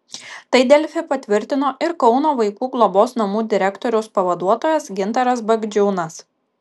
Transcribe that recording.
tai delfi patvirtino ir kauno vaikų globos namų direktoriaus pavaduotojas gintaras bagdžiūnas